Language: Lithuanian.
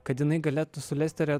kad jinai galėtų sulesti